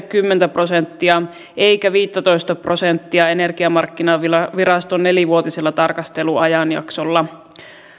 kymmentä prosenttia eikä viittätoista prosenttia energiamarkkinaviraston nelivuotisella tarkasteluajanjaksolla